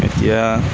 এতিয়া